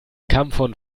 kampfhund